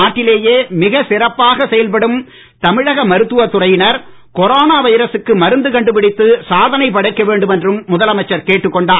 நாட்டிலேயே மிகச் சிறப்பாக செயல்படும் தமிழக மருத்துவ துறையினர் கொரோனா வைரசுக்கு மருந்து கண்டுபிடித்து சாதனை படைக்க வேண்டும் என்றும் முதலமைச்சர் கேட்டுக்கொண்டார்